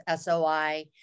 SOI